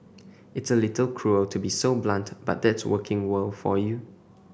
it's a little cruel to be so blunt but that's working world for you